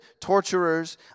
torturers